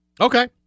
Okay